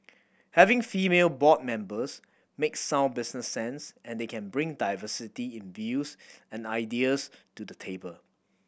having female board members makes sound business sense as they can bring diversity in views and ideas to the table